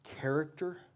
character